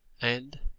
and,